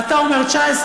ואתה אומר 19,